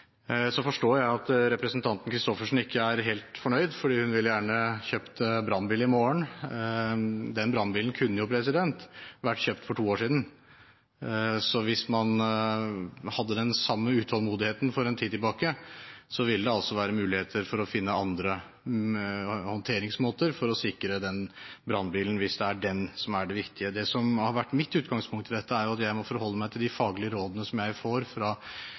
Så forstår jeg at representanten Christoffersen ikke er helt fornøyd, for hun ville gjerne kjøpt brannbil i morgen. Den brannbilen kunne jo vært kjøpt for to år siden. Hvis man hadde den samme utålmodigheten for en tid tilbake, ville det altså vært muligheter for å finne andre håndteringsmåter for å sikre den brannbilen, hvis det er den som er det viktige. Det som har vært mitt utgangspunkt i dette, er at jeg må forholde meg til de faglige rådene som jeg får fra